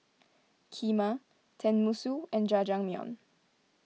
Kheema Tenmusu and Jajangmyeon